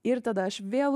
ir tada aš vėl